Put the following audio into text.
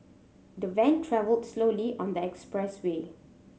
the van travelled slowly on the expressway